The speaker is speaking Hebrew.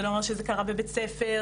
זה לא אומר שזה קרה בבית הספר.